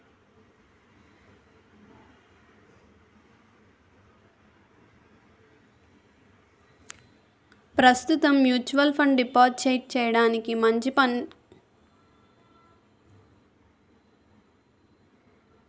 ప్రస్తుతం mutual fund deposit చేయడానికి మంచి కంపెనీలు చెప్పండి